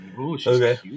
Okay